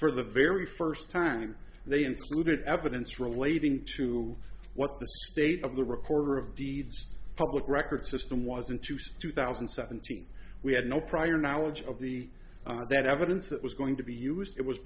for the very first time they included evidence relating to what the state of the recorder of deeds public records system wasn't use to thousand and seventy we had no prior knowledge of the that evidence that was going to be used it was